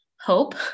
hope